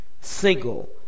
single